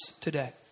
today